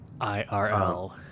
IRL